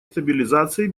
стабилизации